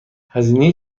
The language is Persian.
هزینه